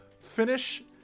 finish